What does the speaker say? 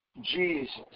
Jesus